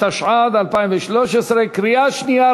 התשע"ד 2013, קריאה שנייה.